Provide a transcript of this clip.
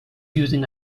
using